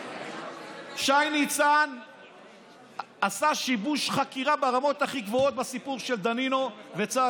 שי ניצן עשה שיבוש חקירה ברמות הכי גבוהות בסיפור של דנינו וצ'.